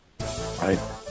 Right